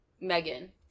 Megan